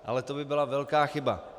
Ale to by byla velká chyba.